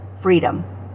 freedom